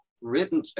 written